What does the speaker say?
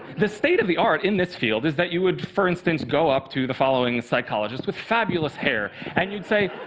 the state of the art in this field is that you would, for instance, go up to the following psychologist with fabulous hair, and you'd say,